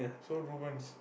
so ruins